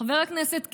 חבר הכנסת קיש,